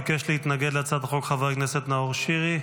ביקש להתנגד להצעת החוק חבר הכנסת נאור שירי,